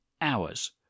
hours